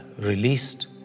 released